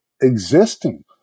existing